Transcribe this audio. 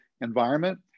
environment